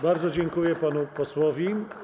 Bardzo dziękuję panu posłowi.